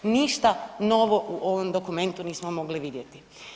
Ništa novo u ovom dokumentu nismo mogli vidjeti.